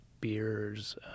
beers